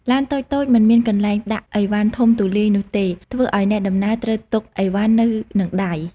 ឡានតូចៗមិនមានកន្លែងដាក់ឥវ៉ាន់ធំទូលាយនោះទេ ធ្វើឱ្យអ្នកដំណើរត្រូវទុកឥវ៉ាន់នៅនឹងដៃ។